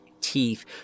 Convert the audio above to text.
teeth